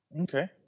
okay